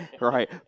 Right